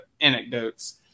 anecdotes